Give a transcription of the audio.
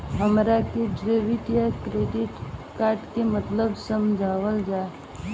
हमरा के डेबिट या क्रेडिट कार्ड के मतलब समझावल जाय?